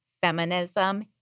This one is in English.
feminism